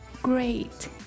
great